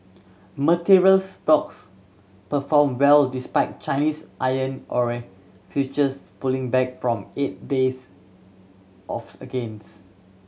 materials stocks perform well despite Chinese iron ore futures pulling back from eight days of against